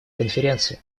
конференции